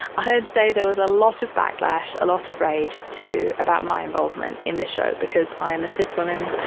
i'd say there was a lot of backlash, a lot of rage to, about my involvement in this show, because i am a cis woman,